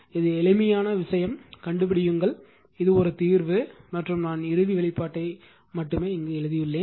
இது எளிமையான விஷயம் கண்டுபிடியுங்கள் இது ஒரு தீர்வு மற்றும் நான் இறுதி வெளிப்பாட்டை எழுதியுள்ளேன்